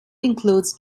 includes